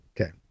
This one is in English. Okay